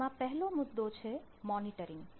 તેમાં પહેલો મુદ્દો છે મોનીટરીંગ